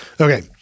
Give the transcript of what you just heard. okay